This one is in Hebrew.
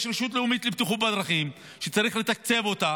יש רשות לאומית לבטיחות בדרכים שצריך לתקצב אותה